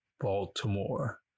Baltimore